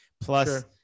Plus